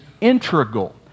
integral